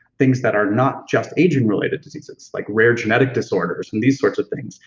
things that are not just aging-related diseases, like rare genetic disorders and these sorts of things,